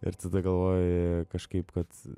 ir tada galvoji kažkaip kad